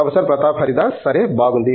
professor Pratap Haridas సరే బాగుంది